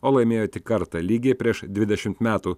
o laimėjo tik kartą lygiai prieš dvidešimt metų